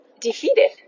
defeated